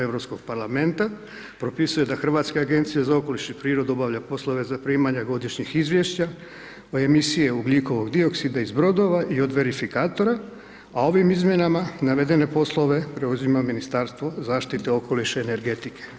Europskog parlamenta, propisuje da Hrvatska agencija za okoliš i prirodu obavlja poslove zaprimanja godišnjih izvješća o emisiji ugljikovog dioksida iz brodova i od verifikatora, a ovim izmjenama navedene poslove preuzima Ministarstvo okoliša i energetike.